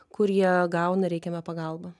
kur jie gauna reikiamą pagalbą